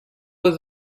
were